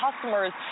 customers